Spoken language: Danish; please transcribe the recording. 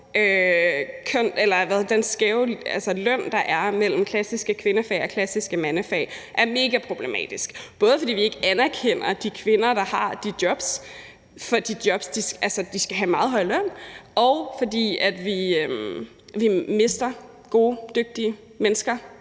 den skæve løn, der er mellem klassiske kvindefag og klassiske mandefag, er mega problematisk, både fordi vi ikke anerkender de kvinder, der har de jobs – for de skal have meget høj løn – og fordi vi mister gode og dygtige mennesker